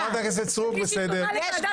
חברת הכנסת סטרוק, בסדר.